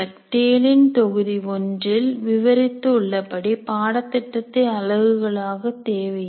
டேலின் தொகுதி ஒன்றில் விவரித்து உள்ளபடி பாடத்திட்டத்தை அலகுகளாக தேவையில்லை